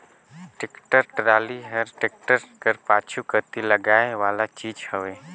tractor trolley हर tractor कर पाछू कती लगाए वाला चीज हवे